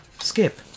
Skip